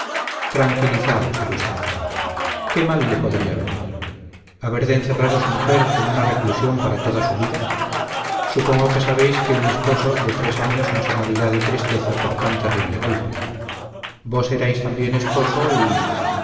tranquilizaos ilustre conde qué mal le podrá venir haber de encerrar a su mujer en una reclusión para toda su vida supongo que sabéis que un esposo de tres años no se morirá de tristeza por tan terrible golpe vos erais también esposo y